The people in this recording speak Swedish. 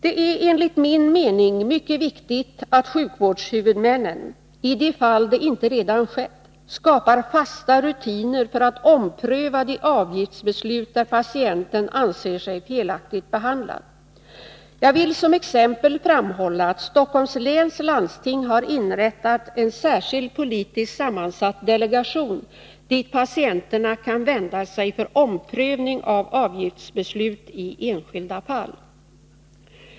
Det är enligt min mening mycket viktigt att sjukvårdshuvudmännen — i de fall där det inte redan skett — skapar fasta rutiner för att ompröva de avgiftsbeslut där patienten anser sig felaktigt behandlad. Jag vill som exempel framhålla att Stockholms läns landsting har inrättat en särskild politiskt sammansatt delegation dit patienterna kan vända sig för omprövning av avgiftsbeslut i enskilda fall.